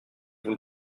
vous